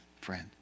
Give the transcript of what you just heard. friend